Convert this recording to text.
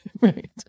Right